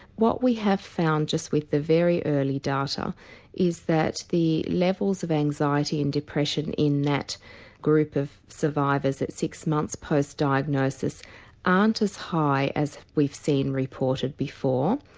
what we have found just with the very early data is that the levels of anxiety and depression in that group of survivors at six months post diagnosis aren't as high as we've seen reported before.